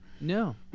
No